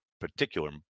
particular